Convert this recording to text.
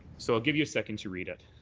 so i'll give you a second to read it.